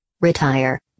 retire